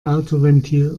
autoventil